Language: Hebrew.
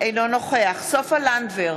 אינו נוכח סופה לנדבר,